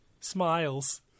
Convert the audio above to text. Smiles